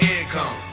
income